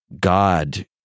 God